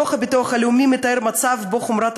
דוח הביטוח הלאומי מתאר מצב שבו חומרת